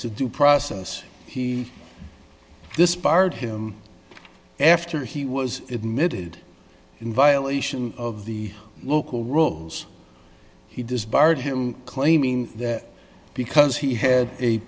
due process he this barred him after he was admitted in violation of the local rules he disbarred him claiming that because he had a